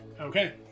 Okay